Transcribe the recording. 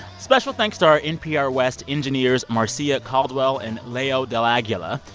special thanks to our npr west engineers, marcia caldwell and leo del aguila.